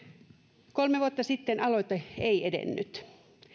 indeksin poistamista kolme vuotta sitten aloite ei edennyt